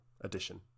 addition